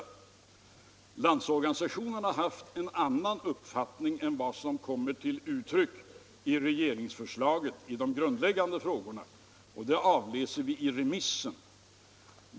I de grundläggande frågorna har Landsorganisationen haft en annan uppfattning än vad som kommer till uttryck i regeringsförslaget. Det kan vi avläsa i remissen.